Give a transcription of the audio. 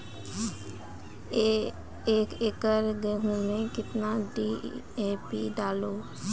एक एकरऽ गेहूँ मैं कितना डी.ए.पी डालो?